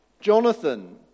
Jonathan